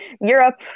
Europe